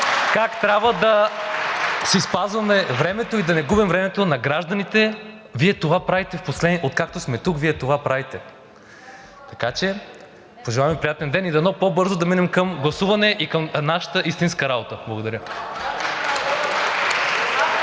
как трябва да си спазваме времето и да не губим времето на гражданите. Вие това правите, откакто сме тук, Вие това правите. Така че пожелавам Ви приятен ден и дано по-бързо да минем към гласуване и към нашата истинска работа. Благодаря.